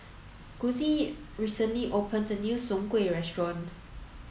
Gussie recently open the new Soon Kway restaurant